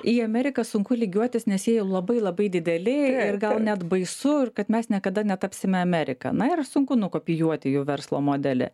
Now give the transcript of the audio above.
į ameriką sunku lygiuotis nes jie jau labai labai dideli ir gal net baisu ir kad mes niekada netapsime amerika na ir sunku nukopijuoti jų verslo modelį